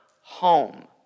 home